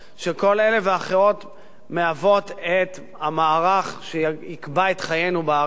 שכל אלה ואחרות הן המערך שיקבע את חיינו בארץ הזאת.